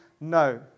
no